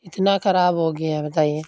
اتنا خراب ہو گیا ہے بتائیے